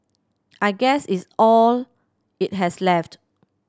I guess it's all it has left